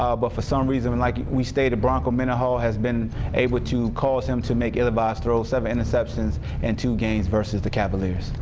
ah but for some reason, and like we stated, bronco mendenhall has been able to cause him to make ill-advised throws. seven interceptions in and two games versus the cavaliers.